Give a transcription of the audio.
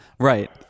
Right